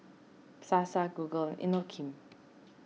Sasa Google Inokim